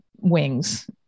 wings